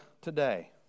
today